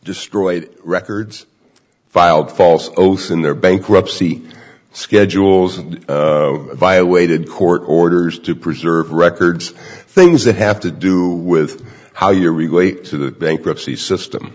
destroyed records filed false oaths in their bankruptcy schedules and by a weighted court orders to preserve records things that have to do with how you relate to the bankruptcy system